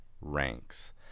ranks